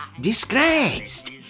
disgraced